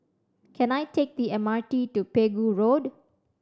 can I take the M R T to Pegu Road